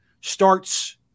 starts